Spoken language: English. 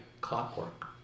clockwork